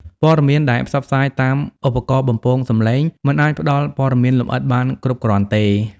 ព័ត៌មានដែលផ្សព្វផ្សាយតាមឧបករណ៍បំពងសំឡេងមិនអាចផ្ដល់ព័ត៌មានលម្អិតបានគ្រប់គ្រាន់ទេ។